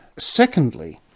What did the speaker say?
secondly,